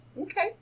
Okay